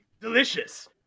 delicious